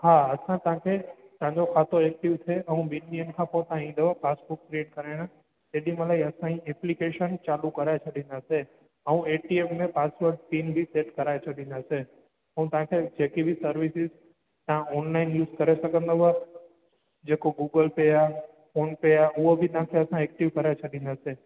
हा असां तव्हांखे तव्हांजो ख़ातो एक्टिव थिए ऐं ॿिनि ॾींहंनि खां पोइ तव्हां ईंदव पासबुक क्रिएट कराइण तेॾीमहिल ई असां ई एप्लीकेशन चालू कराइ छॾींदासीं ऐं ए टी एम में पासवर्ड पीन बि सेट कराए छॾींदासीं ऐं तव्हांखे जेकि बि सर्विसेस तव्हां ऑनलाइन यूज़ करे सघंदव जेको गूगलपे आहे फोनपे आहे उहो बि तव्हांखे असां एक्टिव कराए छॾींदासीं